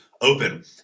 open